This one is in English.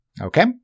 Okay